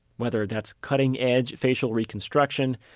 whether that's cutting edge facial reconstruction,